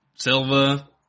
Silva